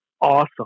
awesome